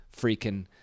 freaking